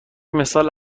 مثال